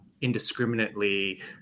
indiscriminately